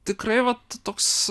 tikrai vat toks